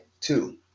two